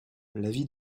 l’avis